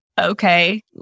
okay